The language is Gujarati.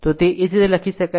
તો તે જ રીતે લખી શકાય છે